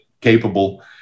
capable